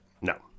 No